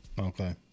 Okay